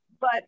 but-